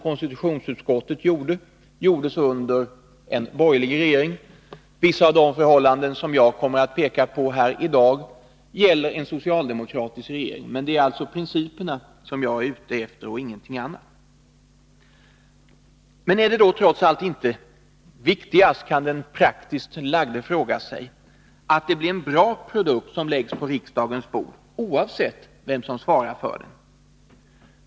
Konstitutionsutskottets uttalande gjordes under en borgerlig regering. Vissa av de förhållanden som jag i dag kommer att peka på gäller en socialdemokratisk regering. Det är principerna som jag är ute efter, ingenting annat. Men är det då inte trots allt viktigast — kan den praktiskt lagde fråga sig— att det blir en bra produkt som läggs på riksdagens bord, oavsett vem som svarar för den?